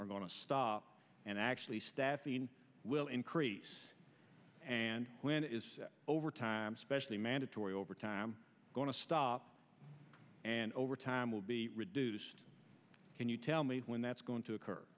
are going to stop and actually staffing will increase and when it is over time especially mandatory overtime going to stop and overtime will be reduced can you tell me when that's going to occur